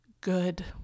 good